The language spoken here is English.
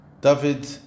David